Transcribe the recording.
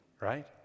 right